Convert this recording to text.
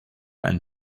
and